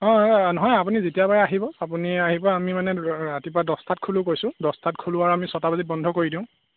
অঁ অঁ নহয় আপুনি যেতিয়া পাৰে আহিব আপুনি আহিব আমি মানে ৰাতিপুৱা দচটাত খোলোঁ কৈছোঁ দচটাত খোলোঁ আৰু আমি ছয়টা বজাত বন্ধ কৰি দিওঁ